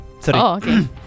Sorry